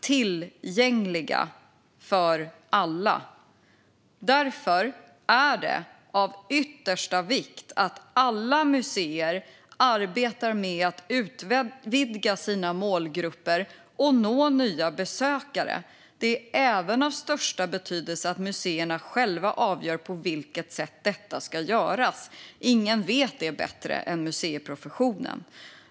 Tillgängliga för alla - därför är det av yttersta vikt att alla museer arbetar med att utvidga sina målgrupper och nå nya besökare. Det är även av största betydelse att museerna själva avgör på vilket sätt detta ska göras. Ingen vet det bättre än museiprofessionen.